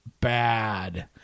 bad